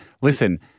listen